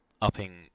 upping